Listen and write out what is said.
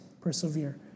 persevere